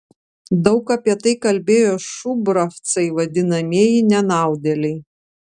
daug apie tai kalbėjo šubravcai vadinamieji nenaudėliai